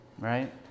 right